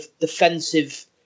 defensive